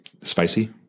Spicy